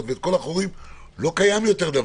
ואת כל החורים וליצור מצב שהדבר הזה לא קיים יותר,